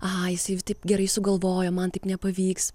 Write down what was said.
aha jisai jau taip gerai sugalvojo man taip nepavyks